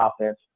offense